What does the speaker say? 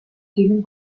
келин